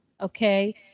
okay